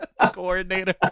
coordinator